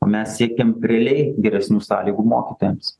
o mes siekiam realiai geresnių sąlygų mokytojams